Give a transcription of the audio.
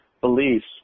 beliefs